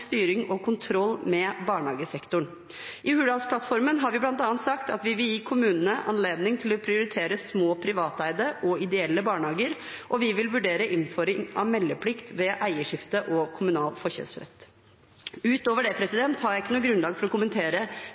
styring og kontroll med barnehagesektoren. I Hurdalsplattformen har vi bl.a. sagt at vi vil gi kommunene anledning til å prioritere små privateide og ideelle barnehager, og vi vil vurdere innføring av meldeplikt ved eierskifte og kommunal forkjøpsrett. Utover det har jeg ikke noe grunnlag for å kommentere